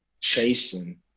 chasing